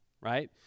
right